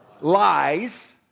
lies